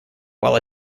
while